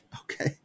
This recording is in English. okay